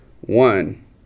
one